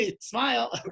smile